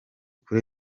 kuri